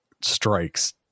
strikes